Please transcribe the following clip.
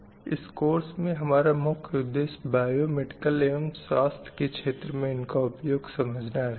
इस कोर्स में हमारा मुख्य उद्देश्य बायो मेडिकल एवं स्वास्थ्य के क्षेत्र में इनका उपयोग समझना रहेगा